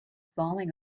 falling